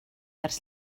ers